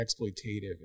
exploitative